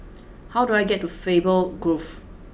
how do I get to Faber Grove